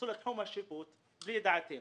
נכנסו לתחום השיפוט בלי ידיעתנו.